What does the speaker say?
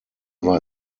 war